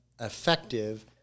effective